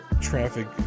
traffic